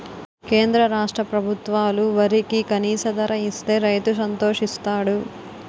కేంద్ర రాష్ట్ర ప్రభుత్వాలు వరికి కనీస ధర ఇస్తే రైతు సంతోషిస్తాడు